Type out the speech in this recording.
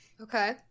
Okay